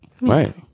right